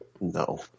No